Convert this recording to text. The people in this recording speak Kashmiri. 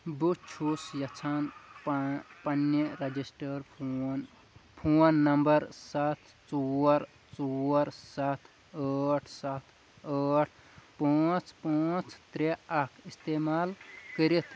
بہٕ چھُس یَژھان پَنٕنہِ رَجسٹرٲرڈ فون فون نَمبَر سَتھ ژور ژور سَتھ ٲٹھ سَتھ ٲٹھ پٲنٛژھ پٲنٛژھ ترٛےٚ اَکھ اِستعمال کٔرِتھ